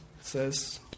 says